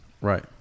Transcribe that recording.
Right